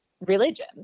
religion